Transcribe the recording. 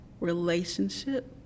relationship